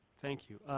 thank you.